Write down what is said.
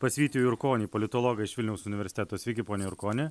pas vytį jurkonį politologą iš vilniaus universiteto sveiki pone jurkoni